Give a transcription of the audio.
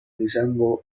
resemble